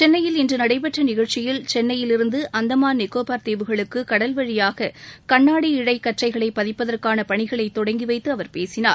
சென்னையில் இன்று நடைபெற்ற நிகழ்ச்சியில் சென்னையிலிருந்து அந்தமான் நிக்கோபார் தீவுகளுக்கு கடல் வழியாக கண்ணாடி இழை கற்றைகளை பதிப்பதற்கான பணிகளை தொடங்கிவைத்து அவர் பேசினார்